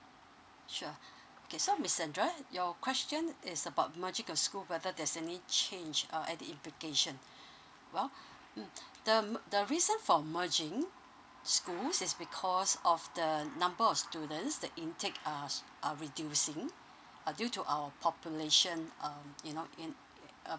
sure okay so miss sandra your question is about merging of school whether there's any change uh any implication well mm the mer~ the reason for merging schools it's because of the number of students the intake are are reducing uh due to our population um you know in uh